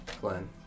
Glenn